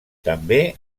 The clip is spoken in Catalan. també